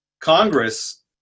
Congress